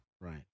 Right